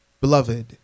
Beloved